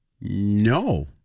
No